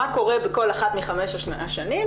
מה קורה בכל אחת מחמש השנים?